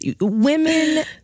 women